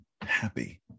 happy